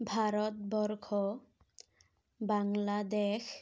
Bharatvarsha Bangladesh